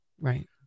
Right